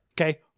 Okay